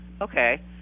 okay